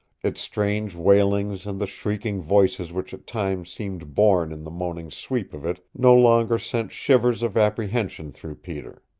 its strange wailings and the shrieking voices which at times seemed borne in the moaning sweep of it no longer sent shivers of apprehension through peter.